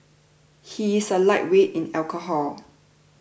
he is a lightweight in alcohol